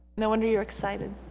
no wonder you're excited.